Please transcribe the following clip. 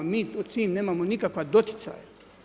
Mi sa tim nemamo nikakva doticaja.